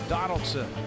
Donaldson